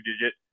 digit